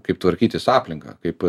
kaip tvarkytis aplinką kaip